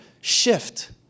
shift